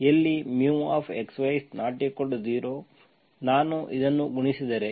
ಎಲ್ಲಿ μx y≠0 ನಾನು ಇದನ್ನು ಗುಣಿಸಿದರೆ